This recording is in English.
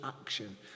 action